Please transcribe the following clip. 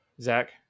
Zach